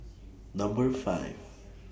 Number five